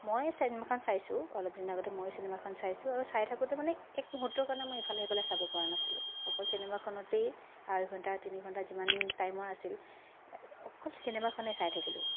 মই চিনেমাখন চাইছোঁ অলপ দিনৰ আগতে ময়ো চিনেমাখন চাইছোঁ আৰু চাই থাকোঁতে মানে এক মুহূৰ্তৰ কাৰণেও মই ইফালে সিফালে চাব পৰা নাছিলোঁ অকল চিনেমাখনতেই আঢ়ৈঘন্টা তিনিঘন্টা যিমান টাইমৰ আছিল অকল চিনেমাখনে চাই থাকিলোঁ